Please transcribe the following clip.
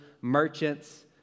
merchants